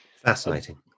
Fascinating